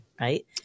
right